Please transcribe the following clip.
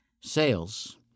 sales